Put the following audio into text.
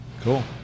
Cool